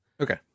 Okay